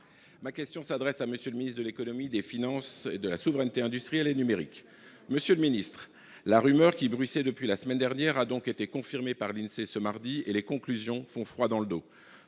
Ma question s’adresse à M. le ministre de l’économie, des finances et de la souveraineté industrielle et numérique. Monsieur le ministre, la rumeur qui bruissait depuis la semaine dernière a donc été confirmée par l’Insee ce mardi, dont les conclusions font froid dans le dos